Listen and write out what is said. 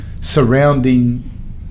surrounding